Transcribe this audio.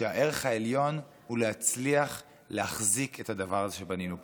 שהערך העליון הוא להצליח להחזיק את הדבר הזה שבנינו פה,